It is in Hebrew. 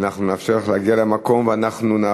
אנחנו נאפשר לך להגיע למקום ונעבור